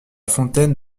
fontaine